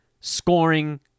scoring